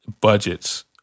budgets